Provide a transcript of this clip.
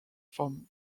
from